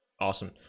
Awesome